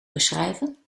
beschrijven